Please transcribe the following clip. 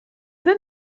peu